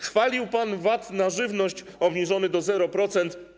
Chwalił pan VAT na żywność obniżony do 0%.